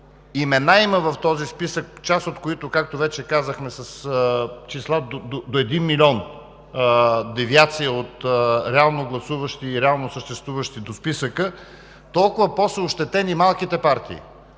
имена има в този списък, част от които, както вече казахме, са с числа до един милион девиация от реално гласуващи и реално съществуващи в списъка, толкова по-ощетени са малките партии.